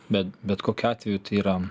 bet bet kokiu atveju yra